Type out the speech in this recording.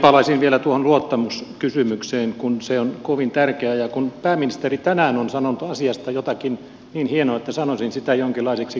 palaisin vielä tuohon luottamuskysymykseen kun se on kovin tärkeä ja kun pääministeri tänään on sanonut asiasta jotakin niin hienoa että sanoisin sitä jonkinlaiseksi kultahippuseksi